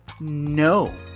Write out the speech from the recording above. No